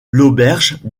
l’auberge